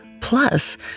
Plus